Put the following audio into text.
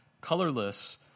colorless